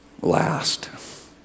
last